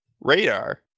radar